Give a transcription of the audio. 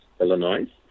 Illinois